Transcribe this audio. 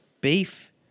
Beef